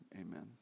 amen